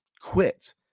quit